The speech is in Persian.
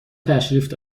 تشریف